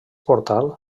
portal